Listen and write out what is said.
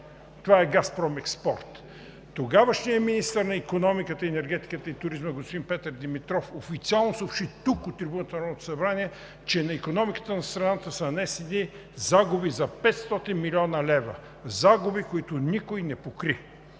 Това е „Газпром експорт“. Тогавашният министър на икономиката, енергетиката и туризма господин Петър Димитров официално съобщи тук, от трибуната на Народното събрание, че на икономиката на страната са нанесени загуби за 500 млн. лв. – загуби, които никой не покри.